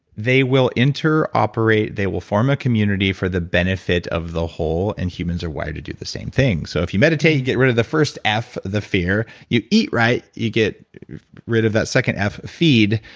they will ah inter-operate. they will form a community for the benefit of the whole, and humans are wired to do the same thing so if you meditate, you get rid of the first f, the fear. you eat right. you get rid of that second f, feed.